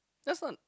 that's not